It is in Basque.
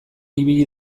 ibili